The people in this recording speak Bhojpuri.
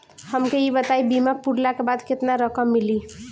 हमके ई बताईं बीमा पुरला के बाद केतना रकम मिली?